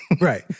right